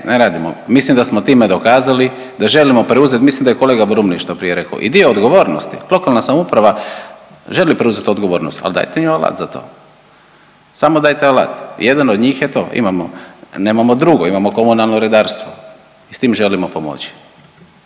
ne radimo, mislim da smo time dokazali da želimo preuzet, mislim da je kolega Brumnić to prije reko i dio odgovornosti, lokalna samouprava želi preuzeti odgovornost, al dajte im alat za to, samo dajte alat. Jedan od njih je to, imamo nemamo drugo imamo komunalno redarstvo i s tim želimo pomoći.